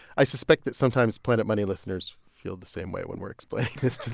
i suspect that sometimes planet money listeners feel the same way when we're explaining this